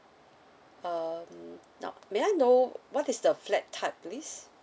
um now may I know what is the flat type please